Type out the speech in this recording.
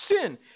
sin